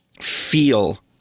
feel